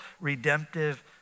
redemptive